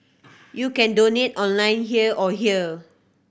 you can donate online here or here